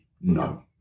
No